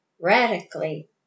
radically